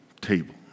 table